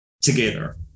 together